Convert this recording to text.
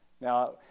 Now